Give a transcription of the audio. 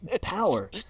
power